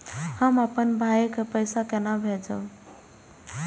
हम आपन भाई के पैसा केना भेजबे?